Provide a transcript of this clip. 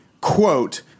quote